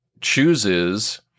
chooses